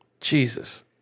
Jesus